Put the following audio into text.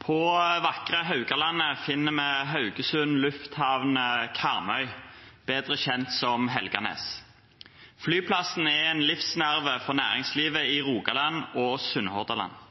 På vakre Haugalandet finner vi Haugesund Lufthavn Karmøy, bedre kjent som Helganes. Flyplassen er en livsnerve for næringslivet i Rogaland og